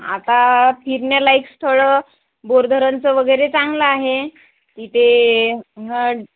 आता फिरण्यालायक स्थळं बोरधरणचं वगैरे चांगलं आहे तिथे हां